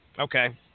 Okay